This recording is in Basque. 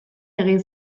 egin